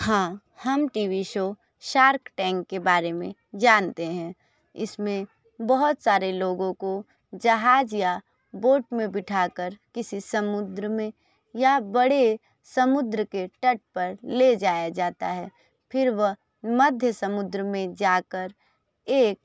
हाँ हम T V show shark tank के बारे में जानते हैं इसमें बहुत सारे लोगों को जहाज या बोट में बिठाकर किसी समुद्र में या बड़े समुद्र के तट पर ले जाया जाता है फिर व मध्य समुद्र में जाकर एक